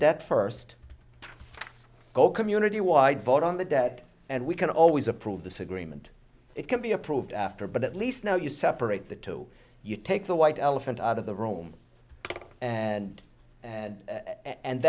debt first go community wide vote on the debt and we can always approve this agreement it can be approved after but at least now you separate the two you take the white elephant out of the room and and